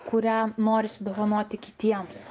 kurią norisi dovanoti kitiems